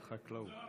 זה עוזר למסתננים.